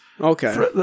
Okay